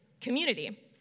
community